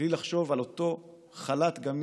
בלי לחשוב על אותו חל"ת גמיש,